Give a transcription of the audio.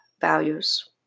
values